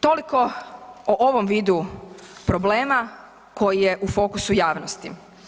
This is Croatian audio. Toliko o ovom vidu problema koji je u fokusu javnosti.